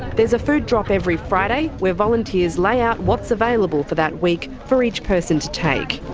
there's a food drop every friday, where volunteers lay out what is available for that week for each person to take.